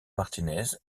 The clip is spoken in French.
martínez